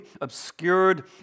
obscured